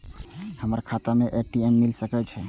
हमर खाता में ए.टी.एम मिल सके छै?